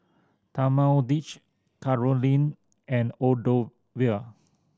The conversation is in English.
Talmadge Caroline and Octavio